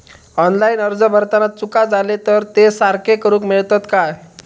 Online अर्ज भरताना चुका जाले तर ते सारके करुक मेळतत काय?